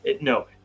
No